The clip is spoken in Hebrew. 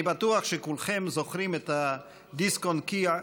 אני בטוח שכולכם זוכרים את הדיסק-און-קי הקטנטן,